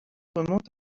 remonte